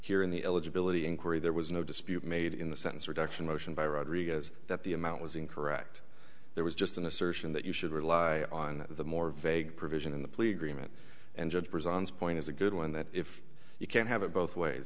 here in the eligibility inquiry there was no dispute made in the sentence reduction motion by rodriguez that the amount was incorrect there was just an assertion that you should rely on the more vague provision in the plea agreement and judge prison's point is a good one that if you can't have it both ways